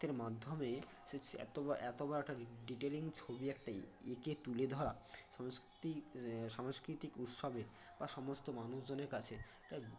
তার মাধ্যমে সে সে এত বড় একটা ডিটেলিং ছবি একটা এঁকে তুলে ধরা সংস্কৃতি সাংস্কৃতিক উৎসবে বা সমস্ত মানুষজনের কাছে একটা